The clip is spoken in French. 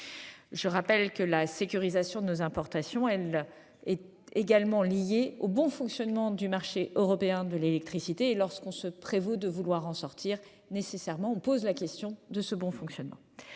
Je rappelle que la sécurisation de nos importations est aussi liée au bon fonctionnement du marché européen de l'électricité. Lorsqu'on prétend en sortir, on pose la question de ce bon fonctionnement.